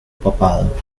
papado